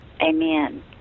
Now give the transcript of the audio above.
amen